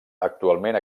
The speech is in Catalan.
actualment